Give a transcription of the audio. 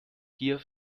gier